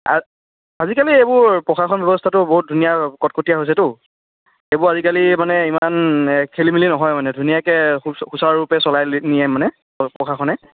আজিকালি এইবোৰ প্ৰশাসন ব্যৱস্থাটো বহুত ধুনীয়া কটকটীয়া হৈছেতো এইবোৰ আজিকালি মানে ইমান এই খেলিমেলি নহয় মানে ধুনীয়াকৈ সুচাৰুৰূপে চলাই নিয়ে মানে প্ৰশাসনে